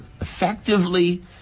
effectively